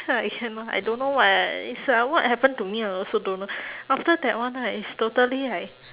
ha I cannot I don't know why it's like what happen to me I also don't know after that one right is totally like